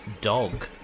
dog